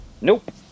Nope